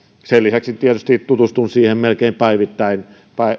sen lisäksi tietysti tutustunut siihen melkein päivittäin